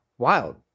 wild